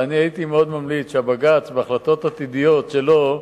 והייתי מאוד ממליץ שהבג"ץ, בהחלטות עתידיות שלו,